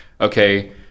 okay